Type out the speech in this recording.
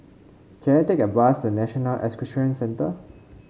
can I take a bus to National Equestrian Centre